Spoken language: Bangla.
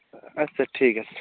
আচ্ছা ঠিক আছে